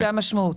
זאת המשמעות.